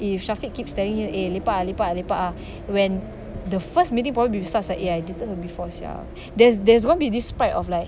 if syafiq keeps telling you eh lepak ah lepak ah lepak ah when the first meeting problem starts with eh I didn't before sia there's there's gonna be this part of like